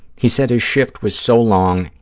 he said his shift was so long,